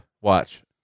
Watch